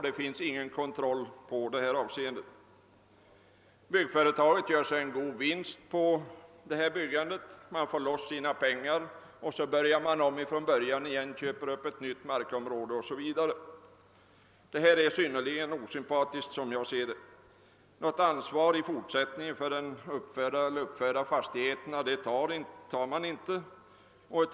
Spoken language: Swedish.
Det finns inga möjligheter att utöva kontroll. Byggföretaget gör en god vinst på detta byggande, det får loss sina pengar, köper upp ett nytt markområde och börjar så om från början igen. Detta är synnerligen osympatiskt. Något ansvar för den uppförda fastigheten tas ofta inte.